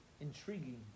intriguing